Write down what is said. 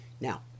now